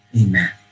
Amen